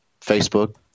facebook